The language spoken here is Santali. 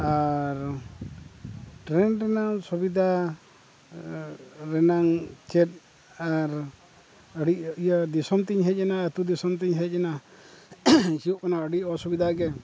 ᱟᱨ ᱴᱨᱮᱱ ᱨᱮᱱᱟᱜ ᱥᱩᱵᱤᱫᱷᱟ ᱨᱮᱱᱟᱜ ᱪᱮᱫ ᱟᱨ ᱟᱹᱰᱤ ᱤᱭᱟᱹ ᱫᱤᱥᱚᱢᱛᱤᱧ ᱦᱮᱡ ᱮᱱᱟ ᱟᱛᱳ ᱫᱤᱥᱚᱢᱛᱤᱧ ᱦᱮᱡ ᱮᱱᱟ ᱦᱤᱡᱩᱜ ᱠᱟᱱᱟ ᱟᱹᱰᱤ ᱚᱥᱩᱵᱤᱫᱷᱟ ᱜᱮ